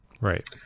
Right